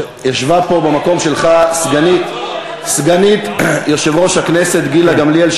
ישבה פה במקום שלך סגנית יושב-ראש הכנסת גילה גמליאל,